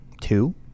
two